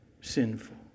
sinful